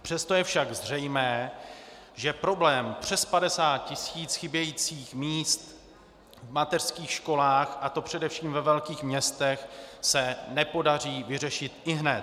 Přesto je však zřejmé, že problém přes 50 tisíc chybějících míst v mateřských školách, a to především ve velkých městech, se nepodaří vyřešit ihned.